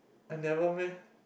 I never meh